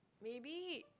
maybe